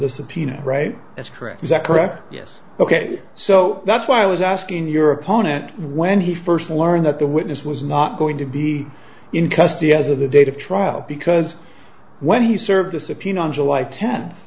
subpoena right that's correct was a correct yes ok so that's why i was asking your opponent when he first learned that the witness was not going to be in custody as of the date of trial because when he served a subpoena on july tenth